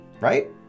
right